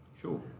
Sure